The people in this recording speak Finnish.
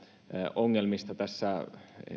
ongelmista tässä